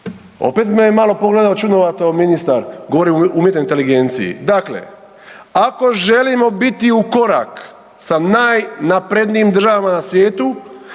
Opet me je malo pogledao čudnovato ministar, govorim o umjetnoj inteligenciji. Dakle, ako želimo biti u korak sa najnaprednijim državama na svijetu